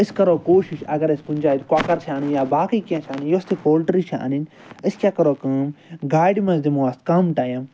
أسۍ کرو کوشِش اگر اَسہِ کُنہِ جایہِ کۄکَر چھِ اَنٕنۍ یا باقٕے کینٛہہ چھِ اَنٕنۍ یۄس تہِ پولٹرٛی چھےٚ اَنٕنۍ أسۍ کیاہ کرو کٲم گاڑِ مَنٛز دِمو اتھ کم ٹایم